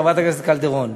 חברת הכנסת קלדרון.